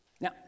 Now